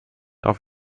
auf